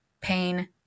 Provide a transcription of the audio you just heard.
pain